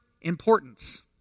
importance